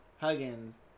huggins